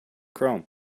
chrome